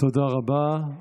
תודה רבה.